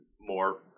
more